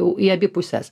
į abi puses